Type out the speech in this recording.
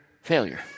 failure